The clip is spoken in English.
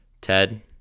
Ted